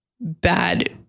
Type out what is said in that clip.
bad